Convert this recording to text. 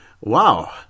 Wow